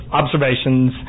observations